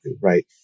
right